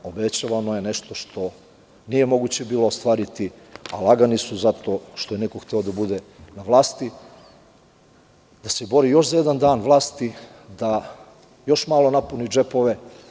Obećavano je nešto što nije bilo moguće ostvariti, a lagani su zato što je neko hteo da bude na vlasti, da se bori za još jedan dan vlasti, da još malo napuni džepove.